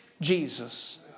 Jesus